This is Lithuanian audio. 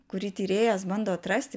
kurį tyrėjas bando atrasti